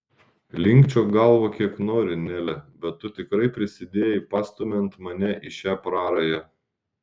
linkčiok galvą kiek nori nele bet tu tikrai prisidėjai pastumiant mane į šią prarają